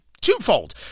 twofold